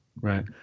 Right